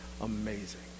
amazing